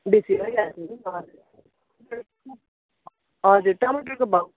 बेसी भइहाल्छ नि हजुर हजुर टमाटरको भाउ